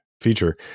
feature